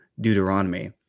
Deuteronomy